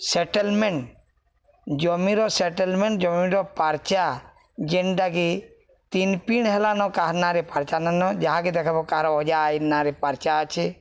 settlement ଜମିର settlement ଜମିର ପାର୍ଚା ଯେନ୍ଟାକି ତିନ୍ ପିଣ୍ଡ ହେଲାନ କାହାର ନାଁରେ ପାର୍ଚା ନାଇଁ ନ ଯାହାକି ଦେଖବ କାହାର ଅଜା ଆଇର୍ ନାଁରେ ପାର୍ଚା ଅଛି